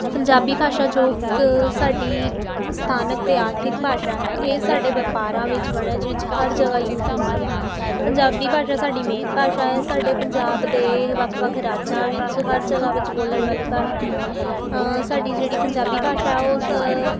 ਪੰਜਾਬੀ ਭਾਸ਼ਾ ਜੋ ਕ ਸਾਡੀ ਸਥਾਨਕ ਅਤੇ ਆਰਥਿਕ ਭਾਸ਼ਾ ਹੈ ਇਹ ਸਾਡੇ ਵਪਾਰਾਂ ਵਿੱਚ ਵਣਜ ਵਿੱਚ ਹਰ ਜਗ੍ਹਾ ਯੂਜ ਹੁੰਦੀ ਹੈ ਪੰਜਾਬੀ ਭਾਸ਼ਾ ਸਾਡੀ ਮੇਨ ਭਾਸ਼ਾ ਹੈ ਸਾਡੇ ਪੰਜਾਬ ਦੇ ਵੱਖ ਵੱਖ ਰਾਜਾਂ ਵਿੱਚ ਹਰ ਜਗ੍ਹਾ ਵਿੱਚ ਬੋਲਣ ਵਾਲੀ ਭਾਸ਼ਾ ਹੈ ਸਾਡੀ ਜਿਹੜੀ ਪੰਜਾਬੀ ਭਾਸ਼ਾ ਉਸ